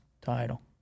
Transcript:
title